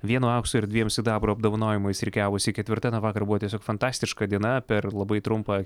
vienu aukso ir dviem sidabro apdovanojimais rikiavosi ketvirta na vakar buvo tiesiog fantastiška diena per labai trumpą